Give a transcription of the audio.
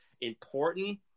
important